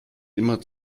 immer